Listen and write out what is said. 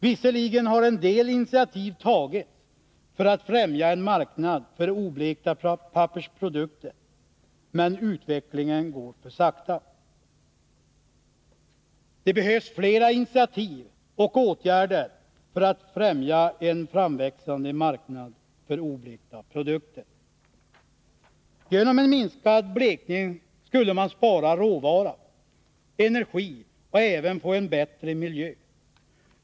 Visserligen har en del initiativ tagits för att främja en marknad för oblekta pappersprodukter, men utvecklingen går för sakta. Det behövs flera initiativ och åtgärder för att främja en framväxande sådan marknad. Genom en minskad blekning skulle man spara råvara och energi, och man skulle även få en bättre miljö.